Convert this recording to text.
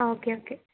ആ okay okay